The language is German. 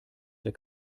der